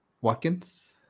Watkins